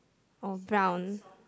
or gown